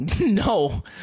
no